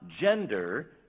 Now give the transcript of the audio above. gender